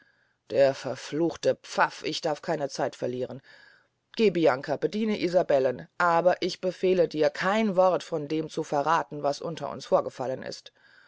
der verfluchte pfaff ich darf keine zeit verlieren geh bianca bediene isabellen aber ich befehle dir kein wort von dem zu verrathen was unter uns vorgefallen ist